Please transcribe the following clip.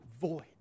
void